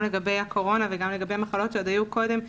גם לגבי הקורונה וגם לגבי מחלות שעוד היו קודם,